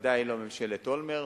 ודאי לא ממשלת אולמרט,